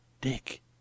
Dick